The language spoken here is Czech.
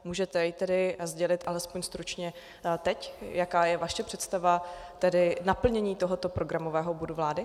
Můžete ji tedy sdělit alespoň stručně teď, jaká je vaše představa naplnění tohoto programového bodu vlády?